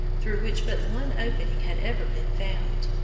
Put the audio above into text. through which but one opening had ever been found.